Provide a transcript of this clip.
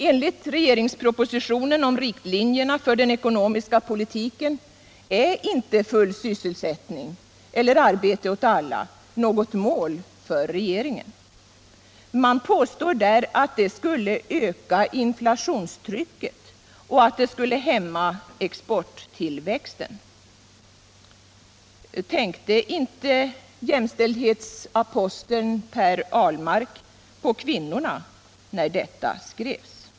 Enligt regeringspropositionen om riktlinjerna för den ekonomiska politiken är inte full sysselsättning eller arbete åt alla något mål för regeringen. Man påstår där att det skulle öka ”inflationstrycket” och att det skulle hämma exporttillväxten. Tänkte jämställdhetsaposteln Per Ahlmark på kvinnorna när detta skrevs?